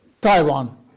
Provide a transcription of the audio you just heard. Taiwan